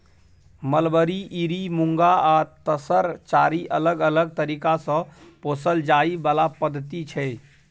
mulberry, eri, muga आ तसर चारि अलग अलग तरीका सँ पोसल जाइ बला पद्धति छै